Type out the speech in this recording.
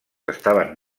estaven